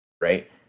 right